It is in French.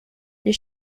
les